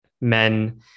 Men